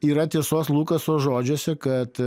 yra tiesos lukaso žodžiuose kad